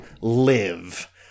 Live